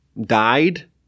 died